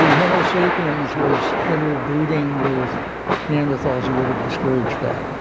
homo sapiens was interbreeding with neanderthals, you would have discouraged that?